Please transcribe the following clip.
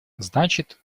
значит